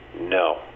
no